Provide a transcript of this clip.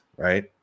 Right